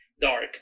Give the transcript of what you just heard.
dark